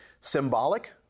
symbolic